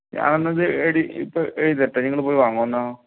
ഞാൻ എന്നാൽ ഇത് എഡി ഇപ്പോൾ എഴുതി തരട്ടെ നിങ്ങൾ പോയി വാങ്ങിക്കുമോ എന്നാൽ